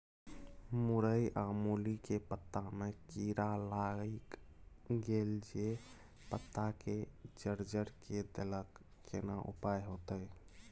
मूरई आ मूली के पत्ता में कीरा लाईग गेल जे पत्ता के जर्जर के देलक केना उपाय होतय?